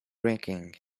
drinking